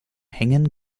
hängen